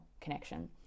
connection